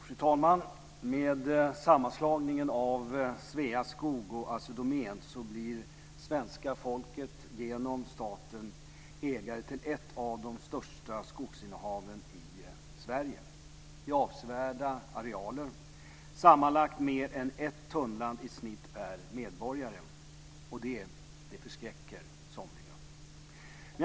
Fru talman! Med sammanslagningen av Sveaskog och Assi Domän blir svenska folket genom staten ägare till ett av de största skogsinnehaven i Sverige. Det är avsevärda arealer. Det är sammanlagt mer än ett tunnland i snitt per medborgare. Det förskräcker somliga.